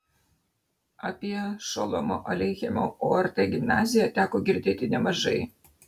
apie šolomo aleichemo ort gimnaziją teko girdėti nemažai